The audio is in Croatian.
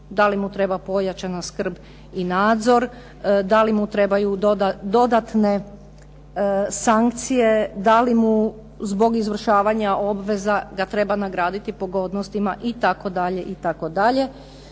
da li mu treba pojačana skrb i nadzor, da li mu trebaju dodatne sankcije, da li mu zbog izvršavanja obveza da treba nagraditi pogodnostima itd., itd.